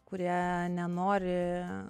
kurie nenori